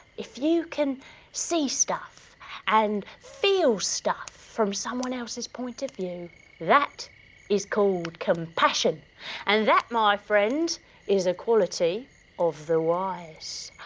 if you can see stuff and feel stuff from someone else's point of view that is called compassion and that my friend is a quality of the wise.